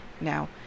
now